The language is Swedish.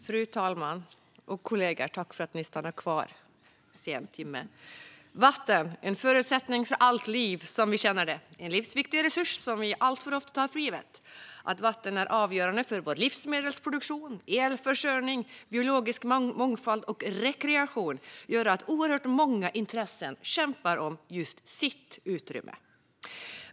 Fru talman och kollegor! Tack för att ni stannar kvar denna sena timme! Vatten är en förutsättning för allt liv som vi känner det - en livsviktig resurs som vi alltför ofta tar för given. Att vatten är avgörande för vår livsmedelsproduktion, elförsörjning, biologiska mångfald och rekreation gör att oerhört många intressen kämpar om just sitt utrymme.